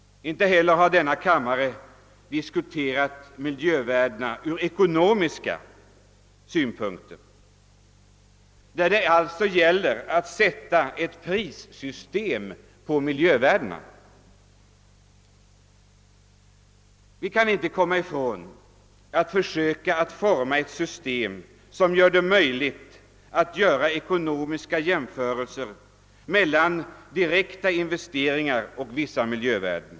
Inte heller har denna kammare diskuterat miljövärdena från ekonomiska synpunkter, där det alltså gäller att sätta ett pris på miljövärdena. Vi kan inte komma ifrån nödvändigheten att försöka forma ett system som möjliggör ekonomiska jämförelser mellan direkta investeringar och vissa miljövärden.